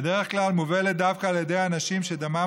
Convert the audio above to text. בדרך כלל היא מובלת דווקא על ידי אלה שדמם